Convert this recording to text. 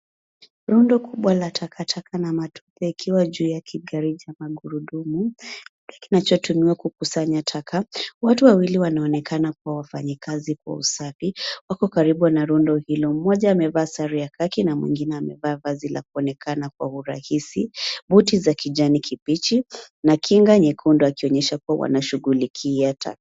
Rundo kubwa la takataka na matope yakiwa juu ya kigari cha magurudumu kinachotumiwa kukusanya taka. Watu wawili wanaonekana kuwa wafanyakazi wa usafi wako karibu na rundo hilo. Mmoja amevaa sare Kaki na mwingine amevaa vazi la kuonekana kwa urahisi, buti za kijani kibichi na kinga nyekundu akionyesha kuwa wanashughulikia taka